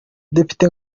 depite